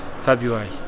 February